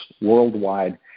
worldwide